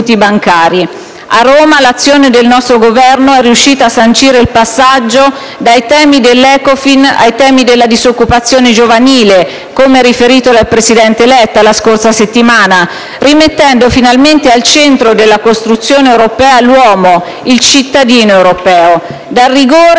A Roma l'azione del nostro Governo è riuscita a sancire il passaggio dai temi dell'Ecofin ai temi della disoccupazione giovanile, come riferito dal presidente Letta la scorsa settimana, rimettendo finalmente al centro della costruzione europea l'uomo, il cittadino europeo. Bisogna